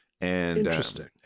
Interesting